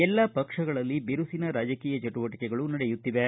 ಎಲ್ಲಾ ಪಕ್ಷಗಳಲ್ಲಿ ಬಿರುಸಿನ ರಾಜಕೀಯ ಚಟುವಟಿಕೆ ನಡೆಯುತ್ತಿವೆ